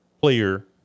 player